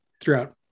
throughout